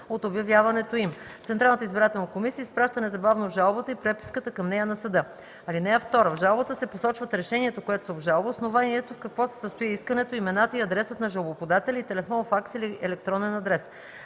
от обявяването им. Централната избирателна комисия изпраща незабавно жалбата и преписката към нея на съда. (2) В жалбата се посочват решението, което се обжалва, основанието, в какво се състои искането, имената и адресът на жалбоподателя и телефон, факс или електронен адрес.